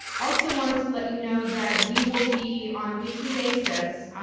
also wanted to let you know that we will be on a weekly basis,